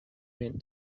meant